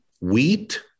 wheat